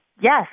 Yes